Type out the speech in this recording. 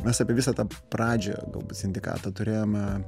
mes apie visą tą pradžią galbūt sindikatą turėjome